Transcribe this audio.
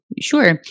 Sure